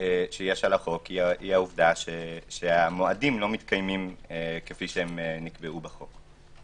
שיש על החוק היא העובדה שהמועדים לא מתקיימים כפי שהם נקבעו בחוק.